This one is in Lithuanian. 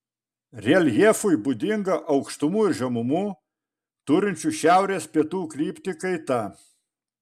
reljefui būdinga aukštumų ir žemumų turinčių šiaurės pietų kryptį kaita